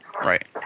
right